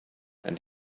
and